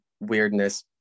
weirdness